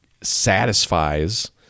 satisfies